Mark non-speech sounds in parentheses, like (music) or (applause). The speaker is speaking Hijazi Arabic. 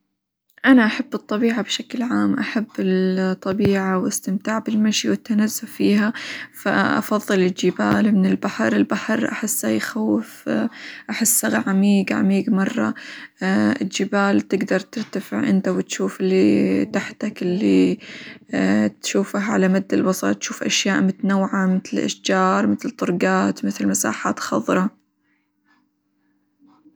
أنا أحب الطبيعة بشكل عام، أحب الطبيعة والاستمتاع بالمشي، والتنزه فيها، فأفظل الجبال من البحر، البحر أحسه يخوف، أحسه عميق عميق مرة، (hesitation) الجبال تقدر ترتفع انت، وتشوف اللي تحتك اللي (hesitation) تشوفه على مد البصر، تشوف أشياء متنوعة متل الأشجار، متل الطرقات مثل مساحات خظراء.